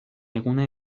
eguna